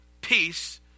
peace